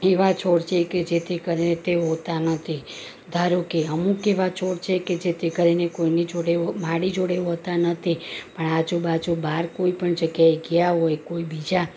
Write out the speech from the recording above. એવા છોડ છે કે જેથી કરીને તે હોતા નથી ધારો કે અમુક એવા છોડ છે કે જેથી કરીને કોઈની જોડે મારી જોડે હોતા નથી પણ આજુ બાજુ બાર કોઈપણ જગ્યાએ ગયા હોય કોઈ બીજા